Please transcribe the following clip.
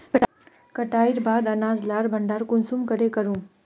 कटाईर बाद अनाज लार भण्डार कुंसम करे करूम?